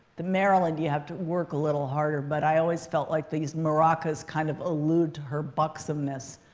the marilyn you have to work a little harder. but i always felt like these maracas kind of allude to her buxomness.